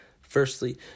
Firstly